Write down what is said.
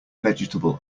vegetable